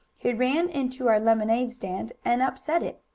he ran into our lemonade stand, and upset it.